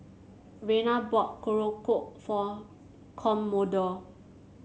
Rayna bought Korokke for Commodore